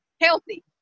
healthy